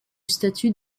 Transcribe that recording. statut